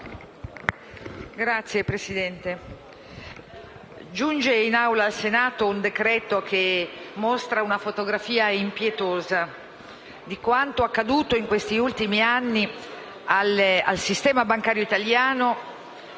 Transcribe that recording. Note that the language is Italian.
Signor Presidente, giunge nell'Aula del Senato un decreto-legge che mostra una fotografia impietosa di quanto accaduto negli ultimi anni al sistema bancario italiano